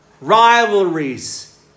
Rivalries